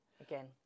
Again